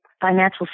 financial